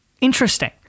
interesting